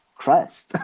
crust